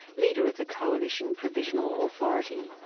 leader of the coalition provisional authority.